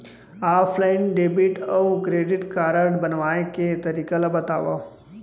Offline debit अऊ credit card बनवाए के तरीका ल बतावव?